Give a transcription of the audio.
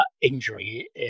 injury